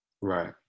Right